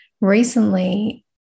recently